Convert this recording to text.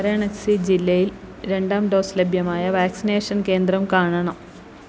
വാരണാസി ജില്ലയിൽ രണ്ടാം ഡോസ് ലഭ്യമായ വാക്സിനേഷൻ കേന്ദ്രം കാണണം